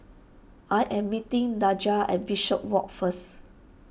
I am meeting Daja at Bishopswalk first